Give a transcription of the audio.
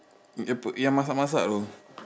yang masak-masak itu